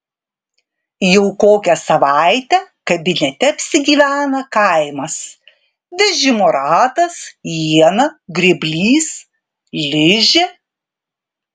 jau kokią savaitę kabinete apsigyvena kaimas vežimo ratas iena grėblys ližė